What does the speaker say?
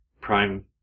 prime